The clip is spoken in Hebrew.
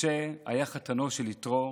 משה היה חתנו של יתרו,